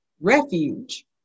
refuge